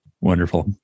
Wonderful